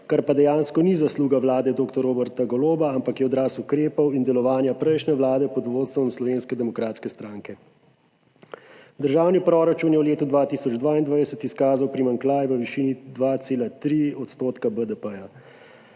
kar pa dejansko ni zasluga vlade dr. Roberta Goloba, ampak je odraz ukrepov in delovanja prejšnje vlade pod vodstvom Slovenske demokratske stranke. Državni proračun je v letu 2022 izkazal primanjkljaj v višini 2,3 % BDP.